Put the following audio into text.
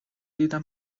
دیدم